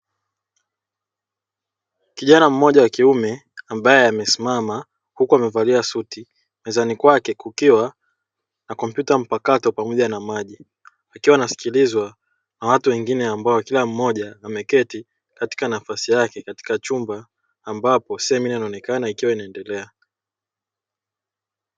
Kijana mmoja wa kiume ambaye amesimama huku amevalia suti mezani kwake kukiwa na kompyuta mpakato, pamoja na maji akiwa anasikilizwa na watu wengine ambao kila mmoja ameketi katika nafasi yake katika chumba ambapo semina inaonekana ikiwa inaendelea.